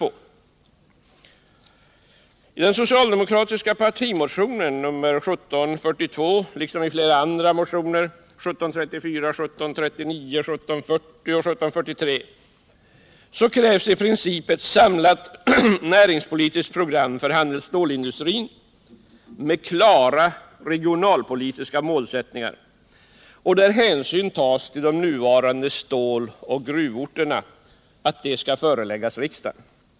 I den socialdemokratiska partimotionen 1742, liksom i flera andra motioner, 1734, 1739, 1740 och 1743, krävs i princip ett samlat näringspolitiskt program för handelsstålindustrin, med klara regionalpolitiska målsättningar, där hänsyn tas till de nuvarande ståloch gruvorterna, och att ett sådant program skall föreläggas riksdagen.